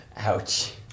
Ouch